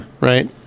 Right